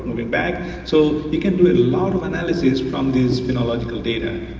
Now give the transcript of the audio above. moving back, so it can do a lot of analyses from this phenological data.